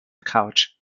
couch